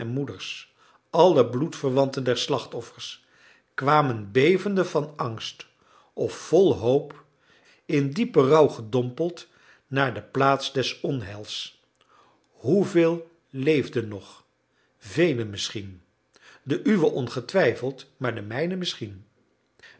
moeders alle bloedverwanten der slachtoffers kwamen bevende van angst of vol hoop in diepen rouw gedompeld naar de plaats des onheils hoeveel leefden nog velen misschien de uwe ongetwijfeld maar de mijne misschien